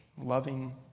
loving